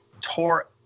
tore